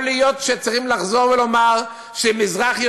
יכול להיות שצריך לחזור ולומר שמזרח-ירושלים